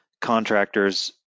contractors